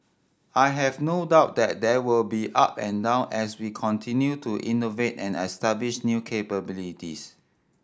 I have no doubt that there will be up and down as we continue to innovate and establish new capabilities